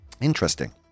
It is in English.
interesting